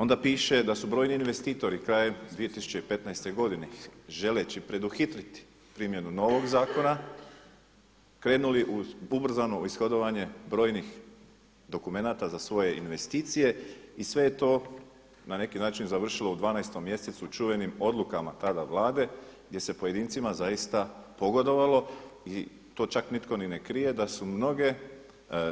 Onda piše da su brojni investitori krajem 2015. želeći preduhitriti primjenu novog zakona krenuli u ubrzano ishodovanje brojnih dokumenata za svoje investicije i sve je to na neki način završilo u 12. mjesecu čuvenim odlukama tada Vlade gdje se pojedincima zaista pogodovalo i to čak nitko ni ne krije da su mnoge